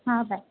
हां बाय